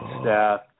staff